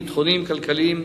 ביטחוניים,